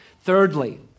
Thirdly